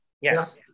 yes